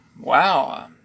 Wow